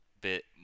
bit